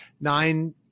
nine